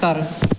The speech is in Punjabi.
ਘਰ